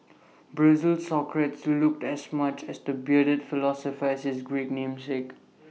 Brazil's Socrates looked as much as the bearded philosopher as his Greek namesake